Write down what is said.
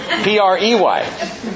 P-R-E-Y